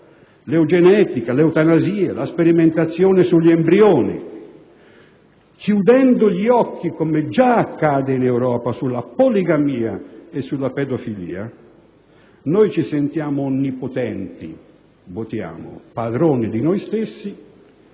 l'eugenetica, l'eutanasia e la sperimentazione sugli embrioni, chiudendo gli occhi, come già accade in Europa, sulla poligamia e sulla pedofilia, noi ci sentiamo onnipotenti - votiamo! - e padroni di noi stessi